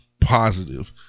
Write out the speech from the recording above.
positive